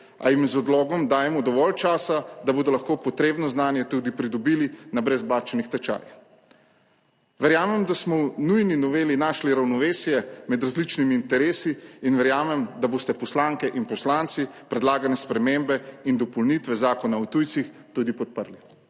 a jim z odlogom dajemo dovolj časa, da bodo lahko potrebno znanje tudi pridobili na brezplačnih tečajih. Verjamem, da smo v nujni noveli našli ravnovesje med različnimi interesi, in verjamem, da boste poslanke in poslanci predlagane spremembe in dopolnitve Zakona o tujcih tudi podprli.